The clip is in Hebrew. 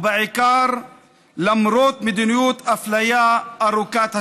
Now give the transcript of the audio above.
ובעיקר למרות מדיניות אפליה ארוכת השנים.